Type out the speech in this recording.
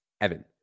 Evan